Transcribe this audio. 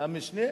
המשנה, המשנה.